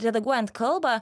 redaguojant kalbą